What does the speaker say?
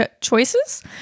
choices